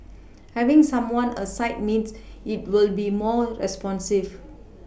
having someone a site means it will be more responsive